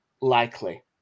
likely